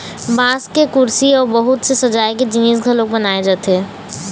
बांस के कुरसी अउ बहुत से सजाए के जिनिस घलोक बनाए जाथे